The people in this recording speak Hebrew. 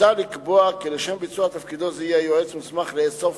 מוצע לקבוע כי לשם ביצוע תפקידו זה יהיה היועץ מוסמך לאסוף